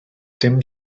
dim